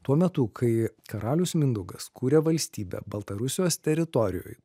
tuo metu kai karalius mindaugas kurė valstybę baltarusijos teritorijoj